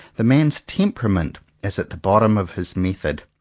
the man's temperament is at the bottom of his method.